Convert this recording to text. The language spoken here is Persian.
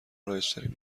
رایجترین